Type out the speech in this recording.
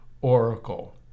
oracle